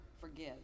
forgive